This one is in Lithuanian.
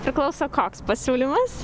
priklauso koks pasiūlymas